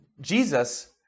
Jesus